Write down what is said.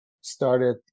started